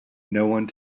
one